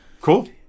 Cool